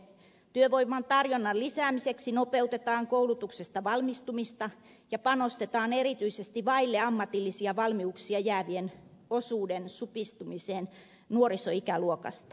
työvoiman tarjonnan lisäämiseksi nopeutetaan koulutuksesta valmistumista ja panostetaan erityisesti vaille ammatillisia valmiuksia jäävien osuuden supistumiseen nuorisoikäluokista